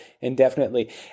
indefinitely